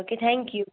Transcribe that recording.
okay thank you